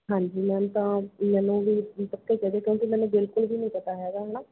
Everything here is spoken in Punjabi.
ਹਾਂਜੀ ਮੈਮ ਤਾਂ ਮੈਨੂੰ ਵੀ ਪੱਕੇ ਚਾਹੀਦੇ ਕਿਉਂਕਿ ਮੈਨੂੰ ਬਿਲਕੁਲ ਵੀ ਨਹੀਂ ਪਤਾ ਹੈਗਾ ਹੈ ਨਾ